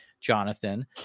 jonathan